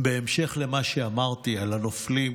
בהמשך למה שאמרתי על הנופלים,